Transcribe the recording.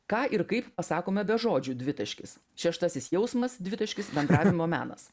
ką ir kaip pasakome be žodžių dvitaškis šeštasis jausmas dvitaškis bendravimo menas